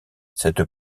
cette